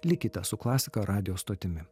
likite su klasika radijo stotimi